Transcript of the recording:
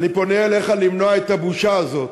אני פונה אליך למנוע את הבושה הזאת.